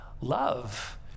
Love